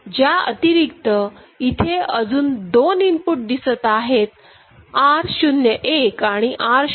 ज्या अतिरिक्त इथे अजून दोन इनपुट दिसत आहेत R01आणि R02